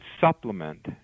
supplement